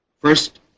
First